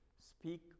Speak